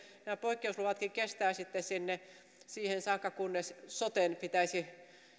nämä poikkeusluvatkin kestävät sitten siihen saakka kunnes soten